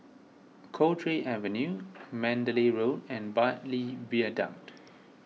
Cowdray Avenue Mandalay Road and Bartley